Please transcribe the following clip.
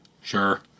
Sure